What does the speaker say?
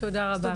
תודה רבה.